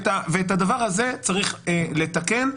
את הדבר הזה צריך לתקן.